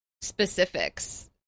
specifics